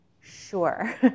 sure